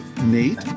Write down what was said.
Nate